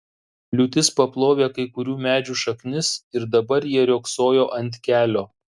liūtis paplovė kai kurių medžių šaknis ir dabar jie riogsojo ant kelio